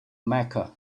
mecca